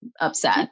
upset